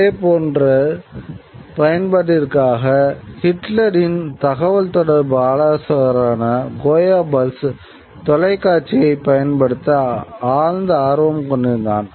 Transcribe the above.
அதேப் போன்ற பயன்பாட்டிற்காக ஹிட்லரின் தகவல் தொடர்பு ஆலோசகரான கோயபல்ஸ் தொலைக்காட்சியை பயன்படுத்த ஆழ்ந்த ஆர்வம் கொண்டிருந்தான்